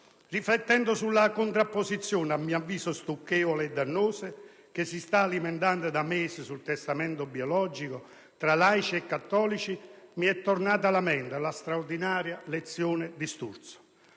Riflettendo sulla contrapposizione, a mio avviso stucchevole e dannosa, che si sta alimentando da mesi sul testamento biologico, tra laici e cattolici, mi è tornata alla mente la straordinaria lezione di Sturzo.